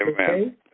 Amen